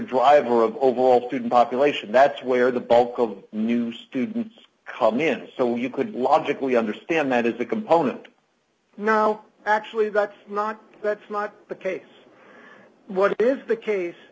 driver of overall student population that's where the bulk of new students come in so you could logically understand that as a component actually that's not that's not the case what is the case